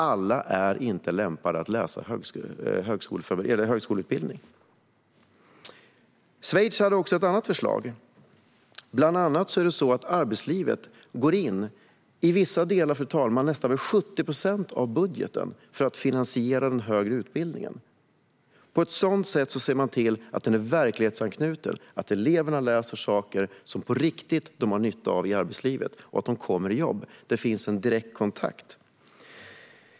Alla är inte lämpade att läsa en högskoleutbildning. I Schweiz hade man också ett annat förslag. I Schweiz går arbetslivet i vissa delar in och täcker in nästan 70 procent av budgeten för att finansiera den högre utbildningen. På ett sådant sätt ser man till att utbildningen är verklighetsanknuten, att eleverna läser saker som de på riktigt har nytta av i arbetslivet och som gör att de kommer i jobb. Det finns en direkt kontakt.